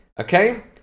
okay